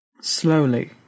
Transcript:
Slowly